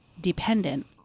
dependent